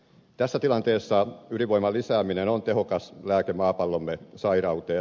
tässä tilanteessa ydinvoiman lisääminen on tehokas lääke maapallomme sairauteen